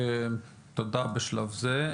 תודה בשלב זה.